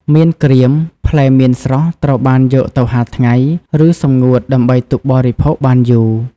មៀនក្រៀម ផ្លែមៀនស្រស់ត្រូវបានយកទៅហាលថ្ងៃ ឬសម្ងួតដើម្បីទុកបរិភោគបានយូរ។